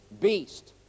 beast